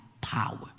power